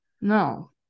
No